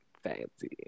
fancy